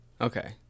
Okay